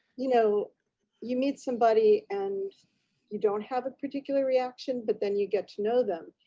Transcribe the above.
you know you meet somebody and you don't have a particular reaction, but then you get to know them,